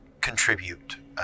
contribute